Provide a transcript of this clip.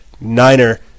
NINER